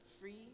free